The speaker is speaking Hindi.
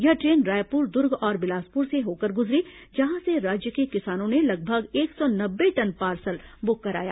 यह ट्रेन रायपुर दुर्ग और बिलासपुर से होकर गुजरी जहां से राज्य के किसानों ने लगभग एक सौ नब्बे टन पार्सल बुक कराया